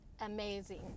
amazing